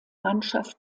mannschaft